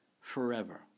forever